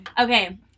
Okay